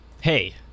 Hey